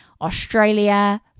Australia